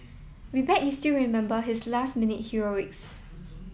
we bet you still remember his last minute heroics